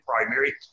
primary